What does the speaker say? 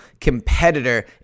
competitor